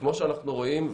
וכמו שאנחנו רואים,